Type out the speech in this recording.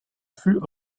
fut